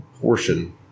portion